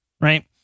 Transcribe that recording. Right